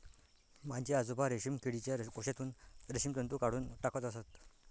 माझे आजोबा रेशीम किडीच्या कोशातून रेशीम तंतू काढून टाकत असत